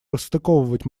расстыковать